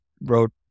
wrote